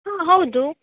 ಹಾಂ ಹೌದು